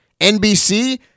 NBC